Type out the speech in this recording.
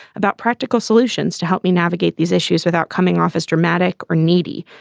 about practical solutions to help me navigate these issues without coming off as dramatic or needy.